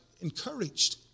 encouraged